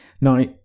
Now